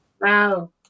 Wow